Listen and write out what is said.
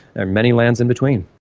and many lands in between.